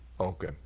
Okay